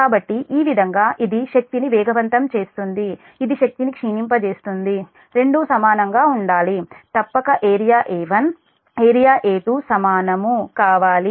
కాబట్టి ఈ విధంగా ఇది శక్తిని వేగవంతం చేస్తుంది ఇది శక్తిని క్షీణింపజేస్తుంది రెండూ సమానంగా ఉండాలి తప్పక ఏరియా A1 ఏరియా A2 సమానమ్ కావాలి